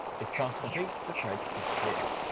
it's task complete the thread disappears.